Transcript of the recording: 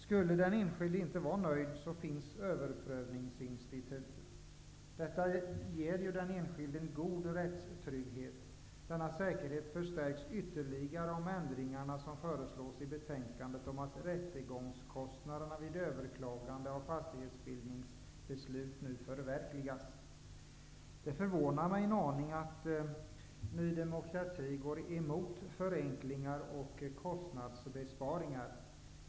Skulle den enskilde inte vara nöjd finns överprövningsinstitutet. Detta ger den enskilde en god rättstrygghet. Denna säkerhet förstärks ytterligare om ändringarna som föreslås i betänkandet om att rättegångskostnaderna vid överklagande av fastighetsbildningsbeslut genomförs. Det förvånar mig en aning att Ny demokrati går emot förenklingar och kostnadsbesparingar.